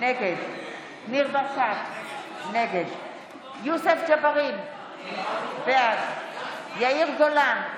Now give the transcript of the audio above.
נגד ניר ברקת, נגד יוסף ג'בארין, בעד יאיר גולן,